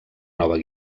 nova